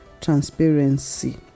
transparency